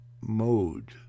mode